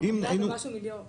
את ההכנסה שדיברנו